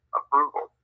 approval